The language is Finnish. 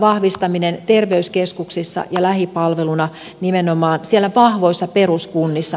vahvistaminen terveyskeskuksissa ja lähipalveluna nimenomaan siellä vahvoissa peruskunnissa mahdollistuu